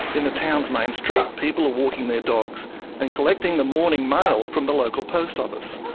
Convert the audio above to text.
in the town's main street people are walking their dogs and collecting the morning mail from the local post office.